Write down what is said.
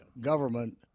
government